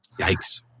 Yikes